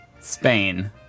Spain